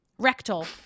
Rectal